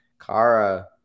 Kara